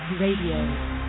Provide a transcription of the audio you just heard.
Radio